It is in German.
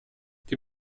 die